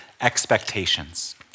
expectations